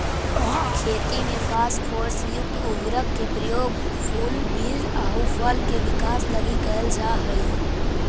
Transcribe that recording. खेती में फास्फोरस युक्त उर्वरक के प्रयोग फूल, बीज आउ फल के विकास लगी कैल जा हइ